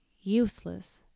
Useless